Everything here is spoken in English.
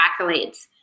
accolades